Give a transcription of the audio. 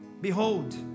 Behold